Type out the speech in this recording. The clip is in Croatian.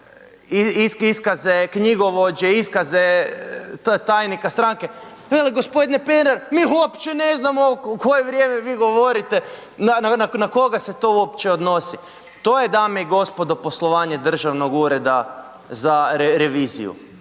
iskaze knjigovođe, iskaze tajnika stranke. Vele g. Pernar, mi uopće ne znamo na koje vrijeme vi govorite, na koga se to uopće odnosi. To je, dame i gospodo, poslovanje Državnog ureda za reviziju.